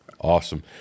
Awesome